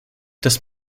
das